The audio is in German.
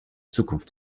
zukunft